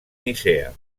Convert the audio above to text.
nicea